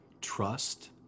trust